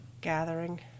gathering